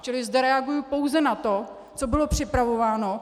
Čili zde reaguji pouze na to, co bylo připravováno.